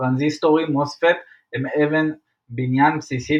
טרנזיסטורי MOSFET הם אבן בניין בסיסית